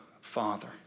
Father